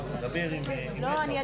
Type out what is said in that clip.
אנחנו מדברים